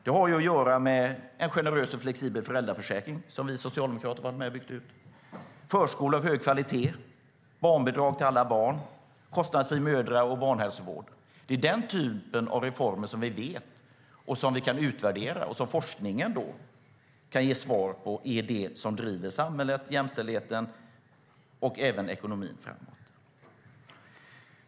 Det har att göra med en generös och flexibel föräldraförsäkring, som vi socialdemokrater har varit med om att bygga ut, förskola av hög kvalitet, barnbidrag till alla barn, kostnadsfri mödra och barnhälsovård. Det är den typen av reformer som vi kan utvärdera och som vi vet - forskningen kan ge oss det svaret - är det som driver samhället, jämställdheten och även ekonomin framåt.